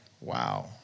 Wow